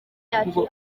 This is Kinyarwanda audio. kuko